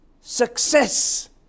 success